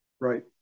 Right